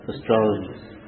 Astrologers